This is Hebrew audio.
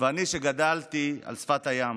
ואני, שגדלתי על שפת הים